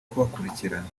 kubakurikirana